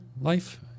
life